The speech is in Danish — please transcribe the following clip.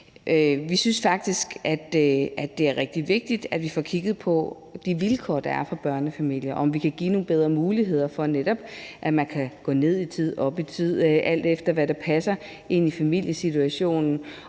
Vi synes faktisk, at det er rigtig vigtigt, at vi får kigget på de vilkår, der er for børnefamilier, altså om vi kan give nogle bedre muligheder for netop at gå ned eller op i tid, alt efter hvad der passer ind i familiesituationen,